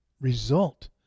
result